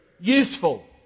useful